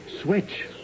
Switch